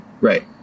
Right